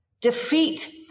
defeat